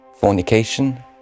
fornication